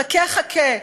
חכה, חכה,